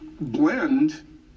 blend